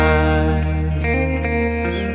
eyes